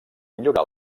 millorar